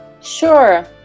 Sure